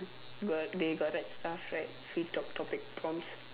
got they got write stuff right free talk topics prompts